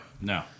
no